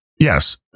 Yes